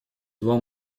два